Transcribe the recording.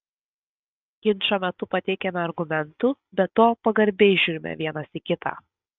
ginčo metu pateikiame argumentų be to pagarbiai žiūrime vienas į kitą